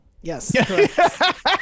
Yes